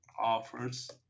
offers